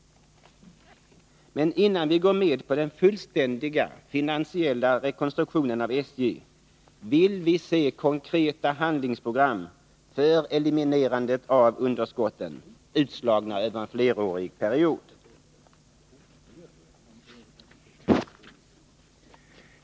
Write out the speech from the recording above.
Men innan vi går med på den fullständiga finansiella rekonstruktionen av SJ vill vi se konkreta handlingsprogram för eliminerandet av underskotten, utslagna över en flerårig period.